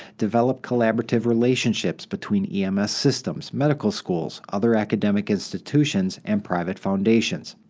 develop collaborative relationships between ems systems, medical schools, other academic institutions, and private foundations.